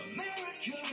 America